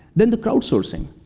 then the crowd sourcing.